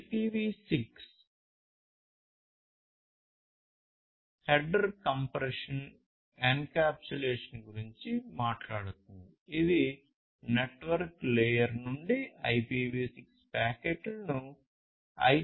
IPv6 header compression encapsulation గురించి మాట్లాడుతుంది ఇవి నెట్వర్క్ లేయర్ నుండి IPv6 ప్యాకెట్లను IEEE 802